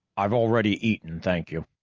i've already eaten, thank you.